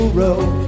road